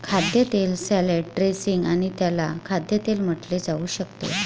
खाद्यतेल salad dressing आणि त्याला खाद्यतेल म्हटले जाऊ शकते